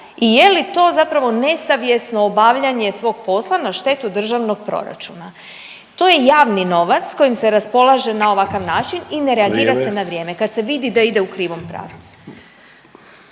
i je li to zapravo nesavjesno obavljanje svog posla na štetu državnog proračuna. To je javni novac s kojim se raspolaže na ovakav način …… /Upadica Sanader: Vrijeme./… … i ne reagira se na vrijeme kad se vidi da ide u krivom pravcu.